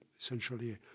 essentially